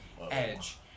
edge